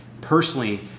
personally